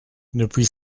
depuis